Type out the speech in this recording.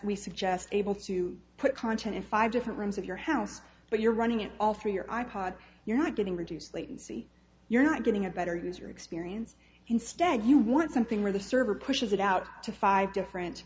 we suggest able to put content in five different rooms of your house but you're running it all through your i pod you're not getting reduce latency you're not getting a better user experience instead you want something where the server pushes it out to five different